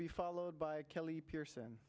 be followed by kelly pearson